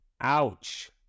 Ouch